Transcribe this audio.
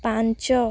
ପାଞ୍ଚ